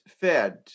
fed